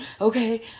Okay